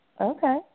Okay